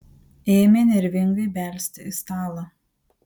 ėmė nervingai belsti į stalą